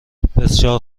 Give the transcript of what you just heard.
بسیار